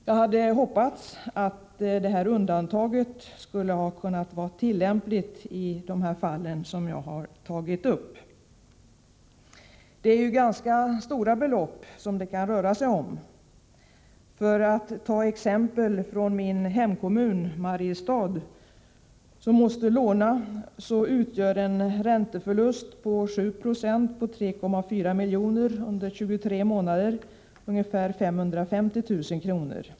Jag hade hoppats att detta undantag hade kunnat vara tillämpligt i de fall som jag tagit upp. Det kan ju röra sig om ganska stora belopp. För att ta ett exempel från min hemkommun Mariestad, som måste låna, kan jag nämna att en ränteförlust på 7 20 på 3,4 miljoner under 23 månader utgör ungefär 550 000 kr.